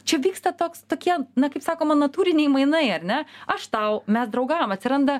čia vyksta toks tokie na kaip sakoma natūriniai mainai ar ne aš tau mes draugaujam atsiranda